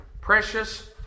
precious